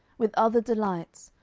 with other delights,